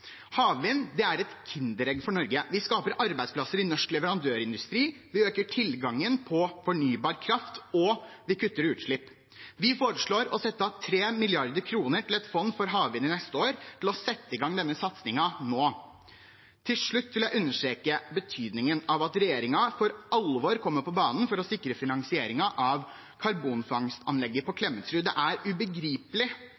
havvind. Havvind er et kinderegg for Norge. Vi skaper arbeidsplasser i norsk leverandørindustri, vi øker tilgangen på fornybar kraft, og vi kutter utslipp. Vi foreslår å sette av 3 mrd. kr til et fond for havvind neste år, til å sette i gang denne satsingen nå. Til slutt vil jeg understreke betydningen av at regjeringen for alvor kommer på banen for å sikre finansieringen av karbonfangstanlegget på